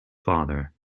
father